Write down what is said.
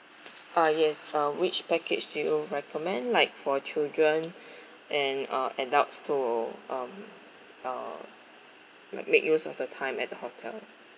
uh yes uh which package do you recommend like for children and uh adults so um uh like make use of the time at the hotel